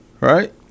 Right